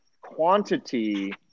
quantity